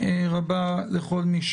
באופן כללי,